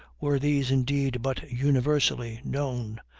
were these, indeed, but universally known,